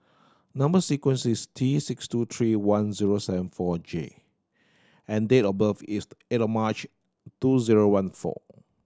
number sequence is T six two three one zero seven four J and date of birth is eight March two zero one four